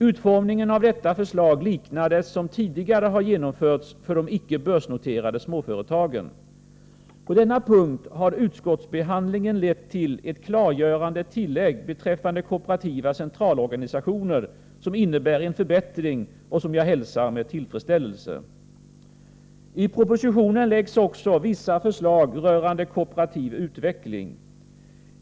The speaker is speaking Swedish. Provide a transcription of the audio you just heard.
Utformningen av detta förslag liknar det som tidigare har genomförts för de icke börsnoterade småföretagen. På denna punkt har utskottsbehandlingen lett till ett klargörande tillägg beträffande kooperativa centralorganisationer. Det innebär en förbättring som jag hälsar med tillfredsställelse. I propositionen framläggs också vissa förslag rörande kooperativ utveckling.